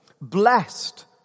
blessed